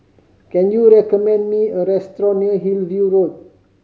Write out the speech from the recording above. can you recommend me a restaurant near Hillview Road